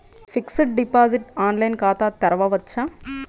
Fixed deposit online ఖాతా తెరువవచ్చా?